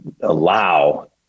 allow